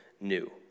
new